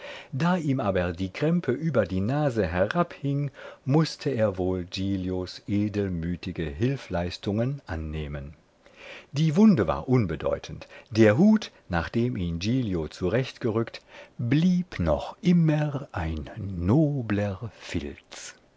da ihm aber die krempe über die nase herabhing mußte er wohl giglios edelmütige hilfleistungen annehmen die wunde war unbedeutend der hut nachdem ihn giglio zurechtgerückt blieb noch immer ein nobler filz